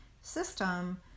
system